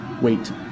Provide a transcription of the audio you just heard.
Wait